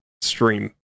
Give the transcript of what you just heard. stream